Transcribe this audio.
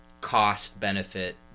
cost-benefit